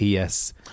PS